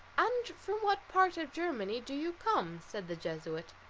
and from what part of germany do you come? said the jesuit.